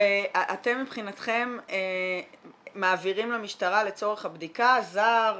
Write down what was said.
ואתם מבחינתכם מעבירים למשטרה לצורך הבדיקה זר,